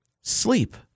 sleep